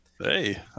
Hey